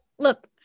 Look